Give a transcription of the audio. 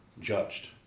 judged